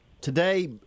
Today